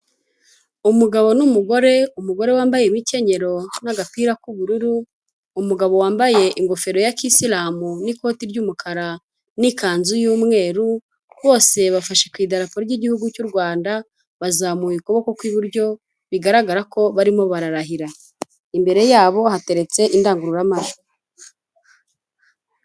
Umugabo n'umugore, umugore wambaye imikenyero n'agapira k'ubururu, umugabo wambaye ingofero ya kisilamu n'ikoti ry'umukara n'ikanzu y'umweru, bose bafashe ku idarapo ry'igihugu cy'u Rwanda bazamuye ukuboko ku iburyo, bigaragara ko barimo bararahira, imbere yabo hateretse indangururamajwi.